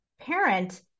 parent